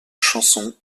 chanson